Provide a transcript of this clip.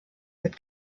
mit